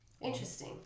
Interesting